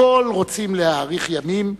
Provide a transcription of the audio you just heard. הכול רוצים להאריך ימים,